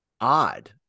odd